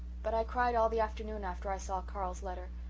but i cried all the afternoon after i saw carl's letter.